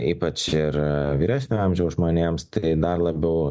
ypač ir vyresnio amžiaus žmonėms tai dar labiau